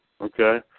Okay